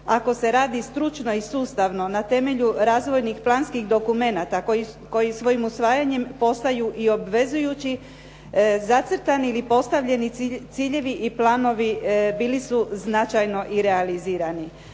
ako se radi stručno i sustavno na temelju razvojnih, planskih dokumenata koji svojim usvajanjem postaju i obvezujući zacrtani ili postavljeni ciljevi i planovi bili su značajno i realizirani.